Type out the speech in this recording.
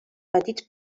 petits